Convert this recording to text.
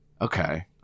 Okay